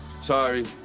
Sorry